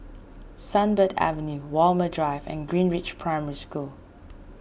Sunbird Avenue Walmer Drive and Greenridge Primary School